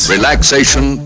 Relaxation